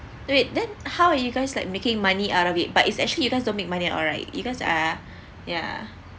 wait then how are you guys like making money out of it but it's actually you guys don't make money at all right you guys uh ya